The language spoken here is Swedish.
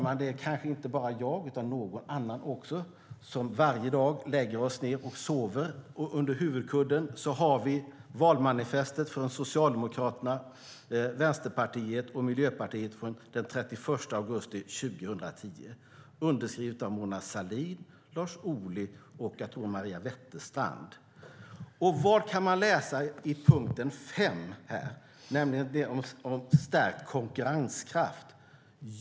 Kanske är det inte bara jag utan någon annan också som varje dag gör som jag och lägger sig ned och sover och under huvudkudden har valmanifestet från Socialdemokraterna, Vänsterpartiet och Miljöpartiet från den 31 augusti 2010. Det är underskrivet av Mona Sahlin, Lars Ohly och, tror jag, Maria Wetterstrand. Vad kan man läsa i punkt 5 som handlar om stärkt konkurrenskraft?